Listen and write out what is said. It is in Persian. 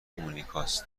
مونیکاست